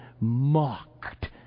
mocked